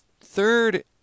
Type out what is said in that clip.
third